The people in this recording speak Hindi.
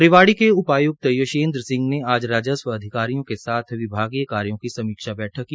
रेवाड़ी के उपायुक्त यशेंद्र सिंह ने आज राजस्व अधिकारियों के साथ विभागीय कार्यो की समीक्षा बैठक की